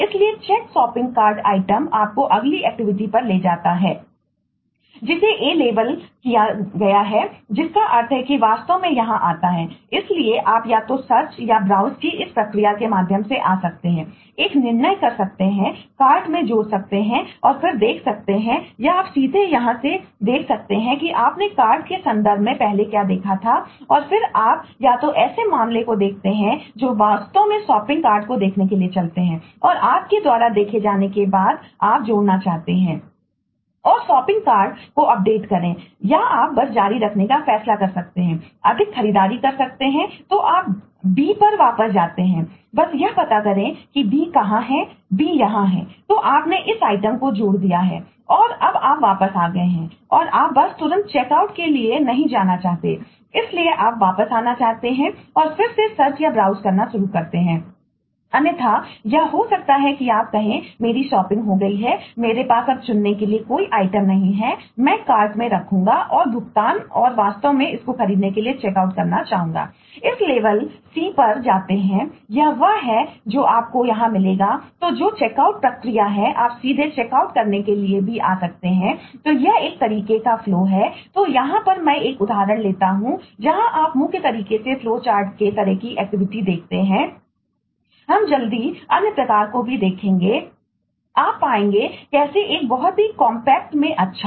इसलिए check shopping cart को देखने के लिए चलते हैं और आपके द्वारा देखे जाने के बाद आप जोड़ना चाहते हैं और शॉपिंग कार्ट करना चाहूंगा